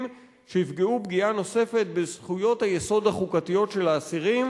שיפגעו פגיעה נוספת בזכויות היסוד החוקתיות של האסירים,